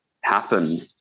happen